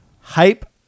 Hype